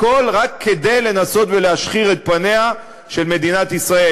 הכול רק כדי לנסות להשחיר את פניה של מדינת ישראל.